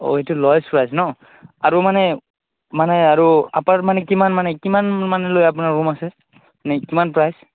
অঁ এইটো লজৱাইজ ন আৰু মানে মানে আৰু আপাৰ মানে কিমান মানে কিমান মান লৈ আপোনাৰ ৰুম আছে মানে কিমান প্ৰাইচ